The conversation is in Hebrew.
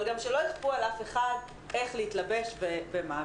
אבל גם שלא יכפו על אף אחד איך להתלבש ובמה.